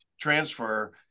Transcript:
transfer